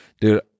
dude